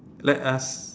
let us